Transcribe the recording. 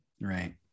Right